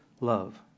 love